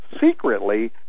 secretly